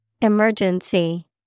Emergency